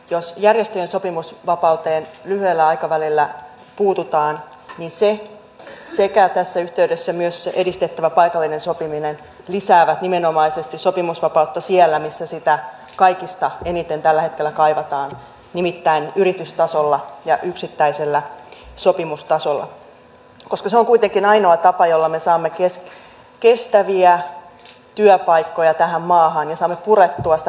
jos järjestöjen sopimusvapauteen lyhyellä aikavälillä puututaan niin se sekä tässä yhteydessä myös se edistettävä paikallinen sopiminen lisäävät nimenomaisesti sopimusvapautta siellä missä sitä kaikista eniten tällä hetkellä kaivataan nimittäin yritystasolla ja yksittäisellä sopimustasolla koska se on kuitenkin ainoa tapa jolla me saamme kestäviä työpaikkoja tähän maahan ja saamme purettua sitä rakenteellista työttömyyttä